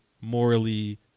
morally